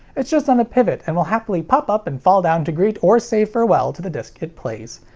it's just on a pivot and will happily pop up and fall down to greet or say farewell to the disc it plays.